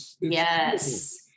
Yes